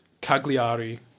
Cagliari